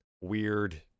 weird